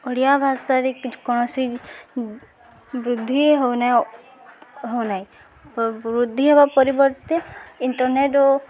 ଓଡ଼ିଆ ଭାଷାରେ କୌଣସି ବୃଦ୍ଧି ହଉନାହି ହଉନାହିଁ ବୃଦ୍ଧି ହେବା ପରିବର୍ତ୍ତେ ଇଣ୍ଟରନେଟ ଓ